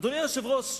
אדוני היושב-ראש,